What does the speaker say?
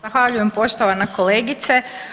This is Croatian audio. Zahvaljujem poštovana kolegice.